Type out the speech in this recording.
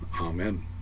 Amen